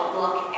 look